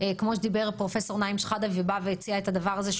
כמו שדיבר פרופ' נעים שחאדה והציע את הדבר הזה,